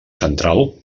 central